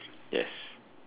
yes